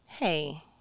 Hey